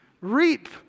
Reap